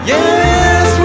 Yes